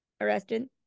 arrested